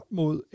mod